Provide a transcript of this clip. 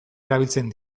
erabiltzen